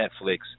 Netflix